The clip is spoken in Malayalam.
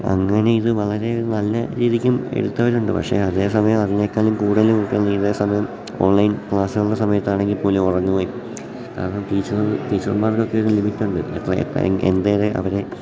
അങ്ങനെ ഇത് വളരെ നല്ല രീതിക്കും എടുത്തവരുണ്ട് പക്ഷെ അതേ സമയം അതിനേക്കാളും കൂടുതലും കുട്ടികൾ ഇതേ സമയം ഓൺലൈൻ ക്ലാസ്സുകളുടെ സമയത്താണെങ്കിൽ പോലും ഉറങ്ങുകയും കാരണം ടീച്ചർ ടീച്ചറന്മാർക്കൊക്കെ ഒരു ലിമിറ്റുണ്ട് എത്ര എന്തേരെ അവരെ